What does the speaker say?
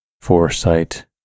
foresight